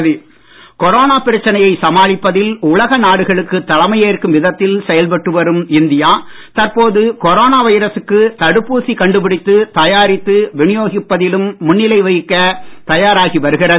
தடுப்பூசி ஆராய்ச்சி கொரோனா பிரச்சனையை சமாளிப்பதில் உலகநாடுகளுக்கு தலைமையேற்கும் விதத்தில் செயல்பட்டு வரும் இந்தியா தற்போது கொரோனா வைரசுக்கு தடுப்பூசி கண்டுபிடித்து தயாரித்து விநியோகிப்பதிலும் முன்னிலை வகிக்க தயாராகி வருகிறது